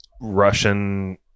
Russian